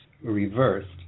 reversed